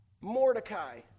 Mordecai